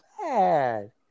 bad